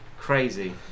crazy